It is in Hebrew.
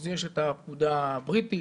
יש את הפקודה הבריטית,